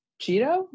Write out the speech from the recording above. Cheeto